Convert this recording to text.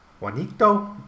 Juanito